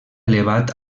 elevat